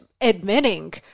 admitting